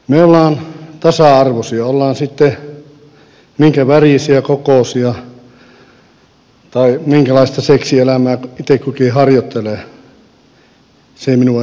me olemme tasa arvoisia olemme sitten minkä värisiä kokoisia tahansa tai riippumatta siitä minkälaista seksielämää itse kukin harjoittaa se ei minua edes kiinnosta paljon